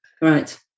Right